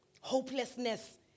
Hopelessness